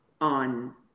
on